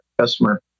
customer